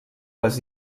les